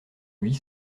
huit